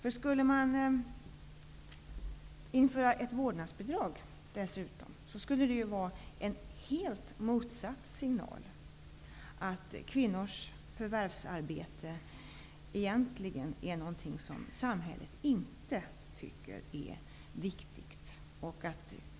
Om man dessutom inför ett vårdnadsbidrag, skulle detta utgöra en helt motsatt signal, dvs. att kvinnors förvärvsarbete är någonting som samhället egentligen inte tycker är viktigt.